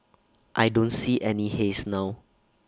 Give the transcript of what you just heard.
I don't see any haze now